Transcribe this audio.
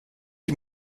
die